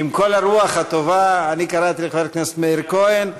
עם כל הרוח הטובה, אני קראתי לחבר הכנסת מאיר כהן.